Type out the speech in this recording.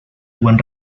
buen